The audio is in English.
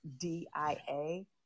D-I-A